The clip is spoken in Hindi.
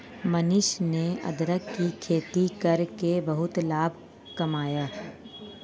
मनीष ने अदरक की खेती करके बहुत लाभ कमाया